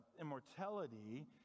immortality